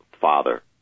father